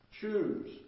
Choose